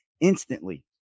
instantly